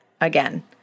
again